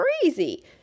crazy